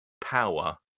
power